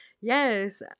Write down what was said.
yes